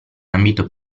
ambito